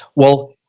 well,